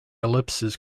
ellipses